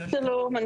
שלום.